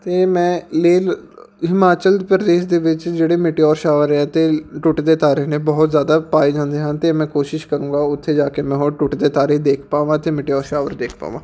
ਅਤੇ ਮੈਂ ਲੇਹ ਹਿਮਾਚਲ ਪ੍ਰਦੇਸ਼ ਦੇ ਵਿੱਚ ਜਿਹੜੇ ਮਿਟੇਔਰ ਸ਼ਾਵਰ ਆ ਅਤੇ ਟੁੱਟਦੇ ਤਾਰੇ ਨੇ ਬਹੁਤ ਜ਼ਿਆਦਾ ਪਾਏ ਜਾਂਦੇ ਹਨ ਤਾਂ ਮੈਂ ਕੋਸ਼ਿਸ਼ ਕਰੂੰਗਾ ਉੱਥੇ ਜਾ ਕੇ ਮੈਂ ਹੋਰ ਟੁੱਟਦੇ ਤਾਰੇ ਦੇਖ ਪਾਵਾਂ ਅਤੇ ਮਿਟੇਔਰ ਸ਼ਾਵਰ ਦੇਖ ਪਾਵਾਂ